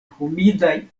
humidaj